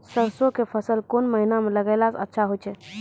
सरसों के फसल कोन महिना म लगैला सऽ अच्छा होय छै?